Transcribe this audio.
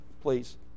please